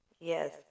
Yes